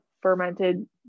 fermented